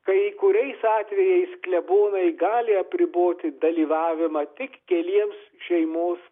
kai kuriais atvejais klebonai gali apriboti dalyvavimą tik keliems šeimos